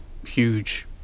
Huge